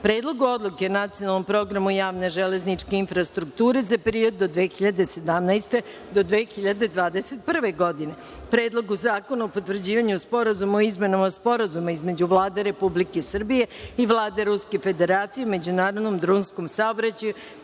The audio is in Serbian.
Predlogu odluke o Nacionalnom programu javne železničke infrastrukture za period od 2017. do 2021. godine; Predlogu zakona o potvrđivanju Sporazuma o izmenama Sporazuma između Vlade Republike Srbije i Vlade Ruske Federacije o međunarodnom drumskom saobraćaju,